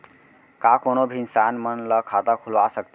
का कोनो भी इंसान मन ला खाता खुलवा सकथे?